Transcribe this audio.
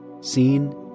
seen